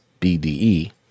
BDE